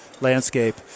landscape